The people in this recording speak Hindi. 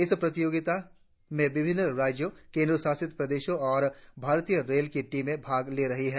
इस प्रतियोगिता में विभिन्न राज्यों केंद्रशासित प्रदेशों और भारतीय रेल की टीमें भाग ले रही है